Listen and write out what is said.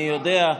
אני יודע,